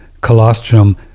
Colostrum